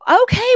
okay